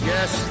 Yes